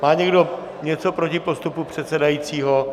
Má někdo něco proti postupu předsedajícího?